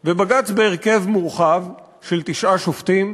ובג"ץ, בהרכב מורחב של תשעה שופטים,